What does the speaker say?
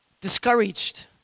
Discouraged